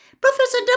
Professor